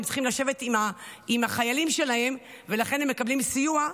הם צריכים לשבת עם החיילים שלהם ולכן הם מקבלים סיוע.